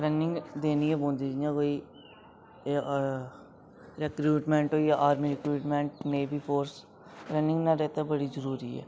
running देनी गै पौंदी जि'यां कोई रिक्वायरमैंट होई गेआ army requirement navy force running नुआढ़े आस्तै बड़ी जरूरी ऐ